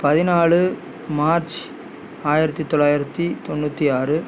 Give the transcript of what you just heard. பதினாலு மார்ச் ஆயிரத்து தொள்ளாயிரத்து தொண்ணூற்றி ஆறு